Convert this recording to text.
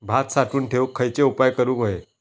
भात साठवून ठेवूक खयचे उपाय करूक व्हये?